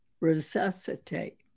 resuscitate